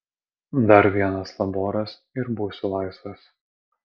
dar vienas laboras ir būsiu laisvas